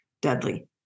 deadly